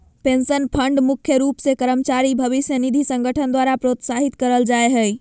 pension fund मुख्य रूप से कर्मचारी भविष्य निधि संगठन द्वारा प्रोत्साहित करल जा हय